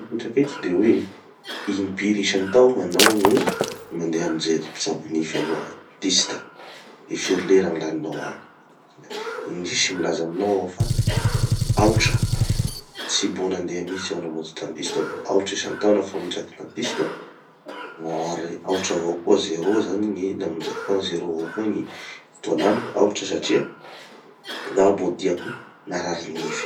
mipetraky eto de hoe, impiry isantao hanao no mandeha mijery mpitsabo nify aloha? Dentiste. De firy lera gny laninao agny? Indrisy milaza aminao aho fa, aotra. Tsy mbo nandeha mihitsy aho namonjy dentiste. Mbo aotra isantaona famonjeako dentiste, ary aotra avao koa, zero zany gny namonjeako tagny, zero gny avao koa gny fotoa laniko satria zaho mbo diako narary nify.